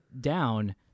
down